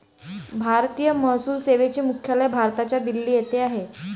भारतीय महसूल सेवेचे मुख्यालय भारताच्या दिल्ली येथे आहे